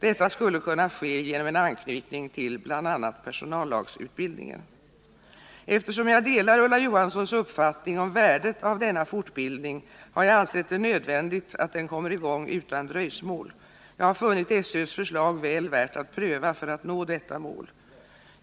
Detta skulle kunna ske genom en anknytning till bl.a. personallagsutbildningen. Eftersom jag delar Ulla Johanssons uppfattning om värdet av denna fortbildning, har jag ansett det nödvändigt att den kommer i gång utan dröjsmål. Jag har funnit SÖ:s förslag väl värt att pröva för att nå detta mål.